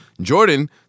Jordan